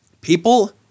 people